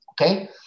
okay